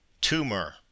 Tumor